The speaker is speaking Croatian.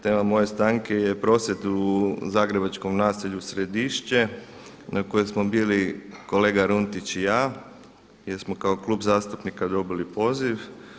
Tema moje stanke je prosvjed u zagrebačkom naselju Središće na kojem smo bili kolega Runtić i ja jer smo kao klub zastupnika dobili poziv.